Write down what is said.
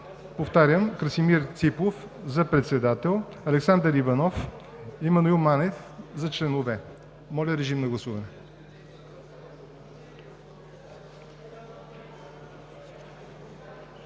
повтарям: Красимир Ципов – за председател, Александър Иванов, Емануил Манев – за членове. Моля, режим на гласуване.